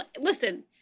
Listen